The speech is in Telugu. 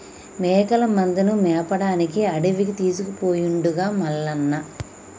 మేకల మందను మేపడానికి అడవికి తీసుకుపోయిండుగా మల్లన్న